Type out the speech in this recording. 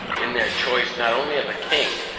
in their choice not only of a king,